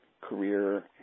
career